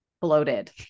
bloated